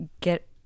get